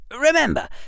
Remember